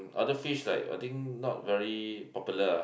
other fish like I think not very popular